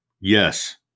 Yes